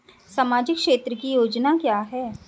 सामाजिक क्षेत्र की योजना क्या है?